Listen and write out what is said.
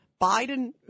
Biden